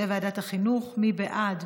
מי בעד?